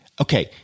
Okay